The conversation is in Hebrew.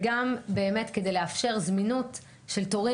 ובאמת גם לאפשר זמינות טובה יותר של תורים